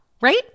right